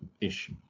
ish